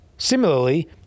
Similarly